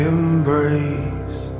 Embrace